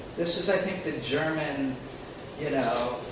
this is i think the german you know,